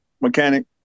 mechanic